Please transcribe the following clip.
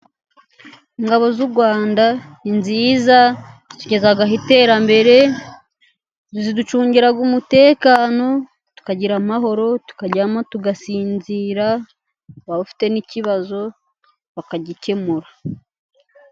Ingabo z'u Rwanda ni nziza. Zitugezaho iterambere, ziducungira umutekano, tukagira amahoro, tukaryama tugasinzira, waba ufite n'ikibazo bakagikemura.